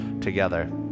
together